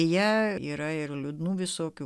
jei yra ir liūdnų visokių